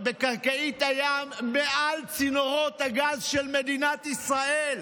בקרקעית הים מעל צינורות הגז של מדינת ישראל.